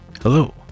Hello